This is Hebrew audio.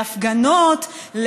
להפגנות,